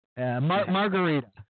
Margarita